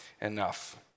enough